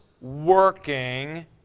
working